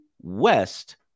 West